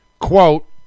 quote